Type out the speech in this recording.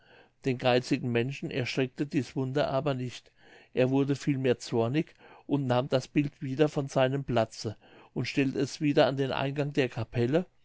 den geizigen menschen erschreckte dies wunder aber nicht er wurde vielmehr zornig und nahm das bild wieder von seinem platze und stellte es wieder an den eingang der capelle